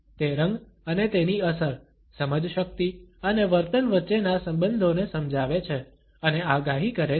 તે રંગ અને તેની અસર સમજશક્તિ અને વર્તન વચ્ચેના સંબંધોને સમજાવે છે અને આગાહી કરે છે